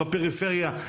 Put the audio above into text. בפריפריה,